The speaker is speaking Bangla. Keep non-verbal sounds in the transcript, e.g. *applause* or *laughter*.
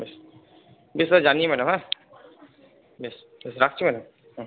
বেশ বেশ *unintelligible* ম্যাডাম হ্যাঁ বেশ বেশ রাখছি ম্যাডাম হুম